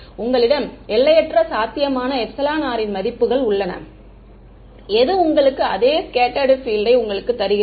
உங்களிடம் எல்லையற்ற சாத்தியமான r ன் மதிப்புகள் உள்ளன எது உங்களுக்கு அதே ஸ்கெட்ட்டர்டு பீல்ட் யை உங்களுக்கு தருகிறது